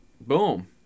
Boom